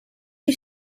you